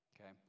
Okay